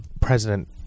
president